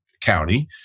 county